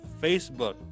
Facebook